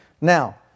Now